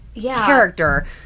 character